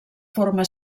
forma